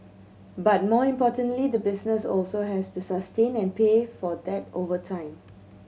but more importantly the business also has to sustain and pay for that over time